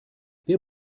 wir